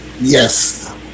Yes